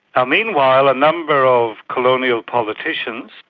um meanwhile, a number of colonial politicians,